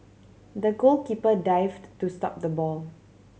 the goalkeeper dived to stop the ball